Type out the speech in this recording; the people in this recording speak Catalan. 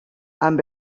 amb